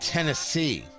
Tennessee